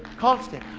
constant.